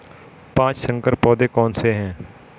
पाँच संकर पौधे कौन से हैं?